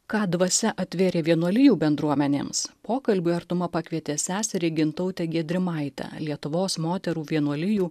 ką dvasia atvėrė vienuolijų bendruomenėms pokalbiui artuma pakvietė seserį gintautę giedrimaitę lietuvos moterų vienuolijų